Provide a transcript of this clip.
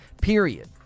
period